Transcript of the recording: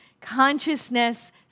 Consciousness